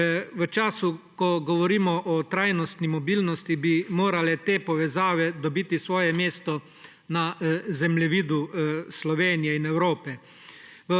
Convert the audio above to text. V času, ko govorimo o trajnostni mobilnosti, bi morale te povezave dobiti svoje mesto na zemljevidu Slovenije in Evrope.